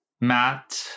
Matt